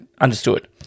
understood